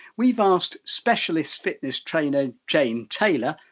we've asked specialist fitness trainer, jane taylor,